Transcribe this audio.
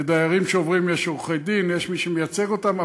לדיירים שעוברים יש עורכי-דין, יש מי שמייצג אותם.